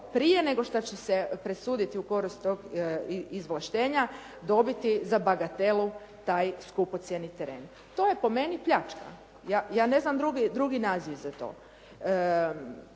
prije nego šta će se presuditi u korist tog izvlaštenja dobiti za bagatelu taj skupocjeni teren. To je po meni pljačka. Ja ne znam drugi naziv za to